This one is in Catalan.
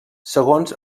segons